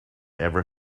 ever